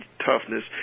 toughness